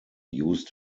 used